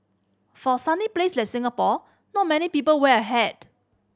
for sunny place like Singapore not many people wear a hat